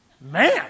Man